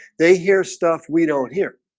they hear stuff. we don't hear